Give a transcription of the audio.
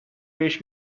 بهش